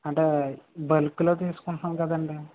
అంటే బల్క్లో తీసుకుంటున్నాం కదండి